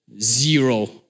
Zero